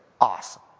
awesome